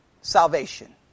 salvation